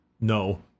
no